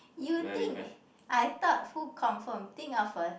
you think I thought who confirm think of a